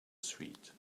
street